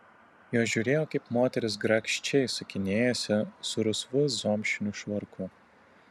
jos žiūrėjo kaip moteris grakščiai sukinėjasi su rusvu zomšiniu švarku